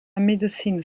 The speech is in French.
médecine